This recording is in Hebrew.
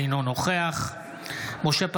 אינו נוכח משה פסל,